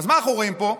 אז מה אנחנו רואים פה?